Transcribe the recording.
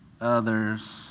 others